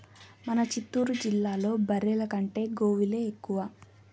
మన చిత్తూరు జిల్లాలో బర్రెల కంటే గోవులే ఎక్కువ